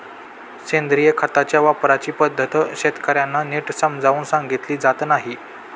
सेंद्रिय खताच्या वापराची पद्धत शेतकर्यांना नीट समजावून सांगितली जात नाही